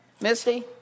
Misty